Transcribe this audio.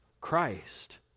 Christ